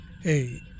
Hey